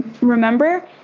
remember